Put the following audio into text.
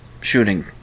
shooting